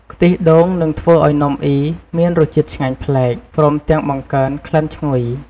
ខ្ទិះដូងនឹងធ្វើឲ្យនំអុីមានរសជាតិឆ្ងាញ់ប្លែក ព្រមទាំងបង្កើនក្លិនឈ្ងុយ។